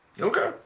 Okay